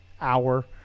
hour